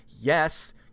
Yes